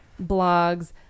blogs